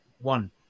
one